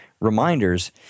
reminders